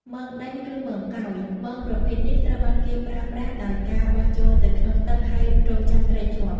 មងដេញ ឬមងកោយ មងប្រភេទនេះត្រូវបានគេប្រើប្រាស់ដោយការបោះចូលទៅក្នុងទឹកហើយរង់ចាំត្រីជាប់។